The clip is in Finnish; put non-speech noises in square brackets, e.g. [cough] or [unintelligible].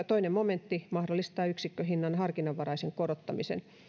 [unintelligible] toinen momentti mahdollistaa yksikköhinnan harkinnanvaraisen korottamisen